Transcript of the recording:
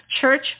church